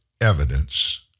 evidence